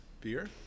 beer